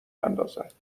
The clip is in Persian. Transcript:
اندازد